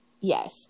yes